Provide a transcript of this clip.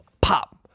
Pop